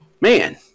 man